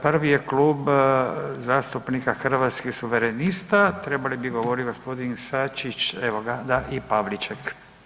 Prvi je Klub zastupnika Hrvatskih suverenista trebali bi govoriti gospodin Sačić, evo ga da i Pavliček.